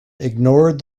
ignored